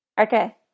Okay